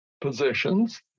positions